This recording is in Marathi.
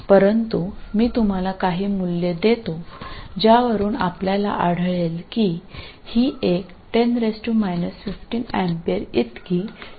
परंतु मी तुम्हाला काही मूल्य देतो ज्यावरून आपल्याला आढळेल की ही एक 10 15 A इतकी छोटी संख्या असेल